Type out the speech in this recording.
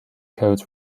codes